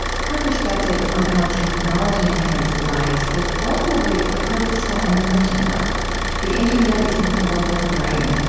her perspective on our technology-enhanced lives is ultimately a purposeful and enriching one the internet is our global brain,